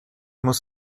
muss